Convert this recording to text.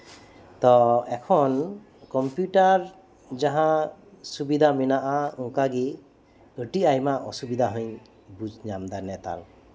ᱛᱚ ᱮᱠᱷᱚᱱ ᱠᱚᱢᱯᱤᱭᱩᱴᱟᱨ ᱡᱟᱦᱟᱸ ᱥᱩᱵᱤᱫᱷᱟ ᱢᱮᱱᱟᱜᱼᱟ ᱚᱱᱠᱟᱜᱮ ᱟᱹᱰᱤ ᱟᱭᱢᱟ ᱚᱥᱩᱵᱤᱫᱷᱟ ᱦᱚᱧ ᱵᱩᱡᱽ ᱧᱟᱢᱫᱟ ᱱᱮᱛᱟᱨ